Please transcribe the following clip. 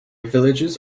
villages